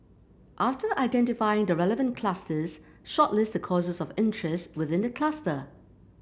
after identifying the relevant clusters shortlist the courses of interest within the cluster